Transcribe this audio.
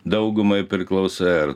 daugumai priklausai ar